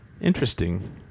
Interesting